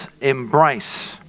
Embrace